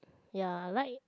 ya like